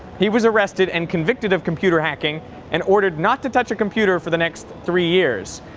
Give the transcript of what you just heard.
he was arrested and convicted of computer hacking and ordered not to touch a computer for the next three years.